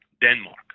Denmark